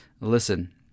Listen